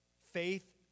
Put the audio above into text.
faith